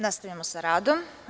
Nastavljamo sa radom.